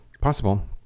possible